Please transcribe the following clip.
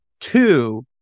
two